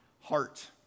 heart